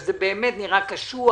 זה באמת נראה קשוח.